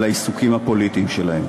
על העיסוקים הפוליטיים שלהם